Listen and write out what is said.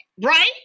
right